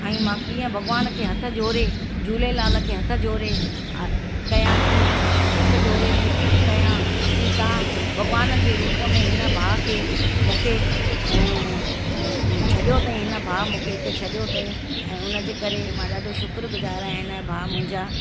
ऐं मां कीअं भॻिवान खे हथु जोड़े झूलेलाल खे हथु जोड़े कया थी हथु जोड़े वेनिती थी कया की तव्हां भॻिवान जे रूप में हिन भाउ खे मुखे छॾियो अथईं हिन भाु मुखे हिते छॾियो ताईं ऐं उन जे करे मां ॾाढो शुक्रगुजार आहियां इन भाउ मुंहिंजा